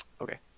Okay